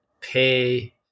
pay